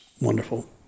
wonderful